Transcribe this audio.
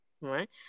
Right